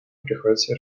приходится